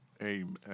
Amen